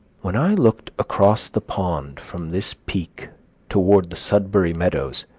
when i looked across the pond from this peak toward the sudbury meadows,